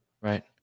right